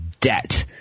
debt